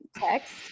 text